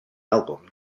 album